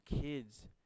kids